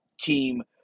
team